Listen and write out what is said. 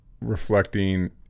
reflecting